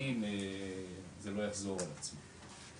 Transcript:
עתידיים זה לא יחזור על עצמו.